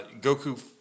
Goku